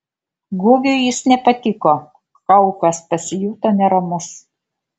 gugiui jis nepatiko kaukas pasijuto neramus